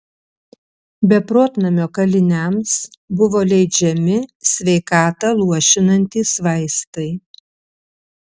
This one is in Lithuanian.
beprotnamio kaliniams buvo leidžiami sveikatą luošinantys vaistai